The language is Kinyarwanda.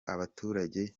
abaturage